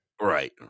right